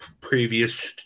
previous